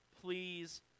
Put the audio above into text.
please